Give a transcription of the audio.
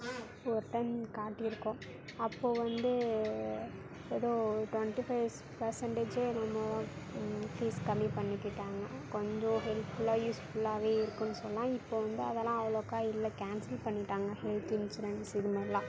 ஒரு டைம் காட்டியிருக்கோம் அப்போது வந்து எதோ டுவென்டி ஃபைவ் பெர்சண்டேஜோ என்னமோ ஃபீஸ் கம்மி பண்ணிகிட்டாங்க கொஞ்சம் ஹெல்ப்ஃபுல்லாகவே யூஸ்ஃபுல்லாகவே இருக்குன்னு சொல்லாம் இப்போது வந்து அதல்லாம் அவ்வளோக்கா இல்லை கேன்சல் பண்ணிட்டாங்க ஹெல்த் இன்சூரன்ஸ் இதுமாதிரிலாம்